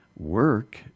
work